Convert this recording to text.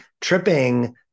tripping